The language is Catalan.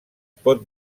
pot